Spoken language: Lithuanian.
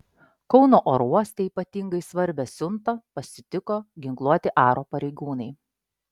kauno oro uoste ypatingai svarbią siuntą pasitiko ginkluoti aro pareigūnai